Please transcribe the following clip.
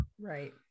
right